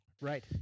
Right